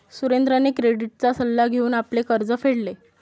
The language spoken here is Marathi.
सुरेंद्रने क्रेडिटचा सल्ला घेऊन आपले कर्ज फेडले